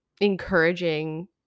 encouraging